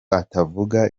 atavuga